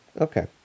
Okay